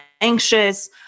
anxious